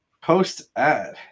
post-ad